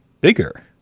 bigger